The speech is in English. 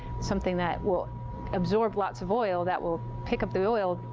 something that will absorb lots of oil, that will pick up the oil,